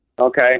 Okay